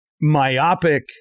myopic